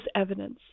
evidence